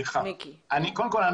קודם כול,